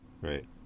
right